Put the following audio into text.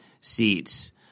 seats